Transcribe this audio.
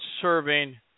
serving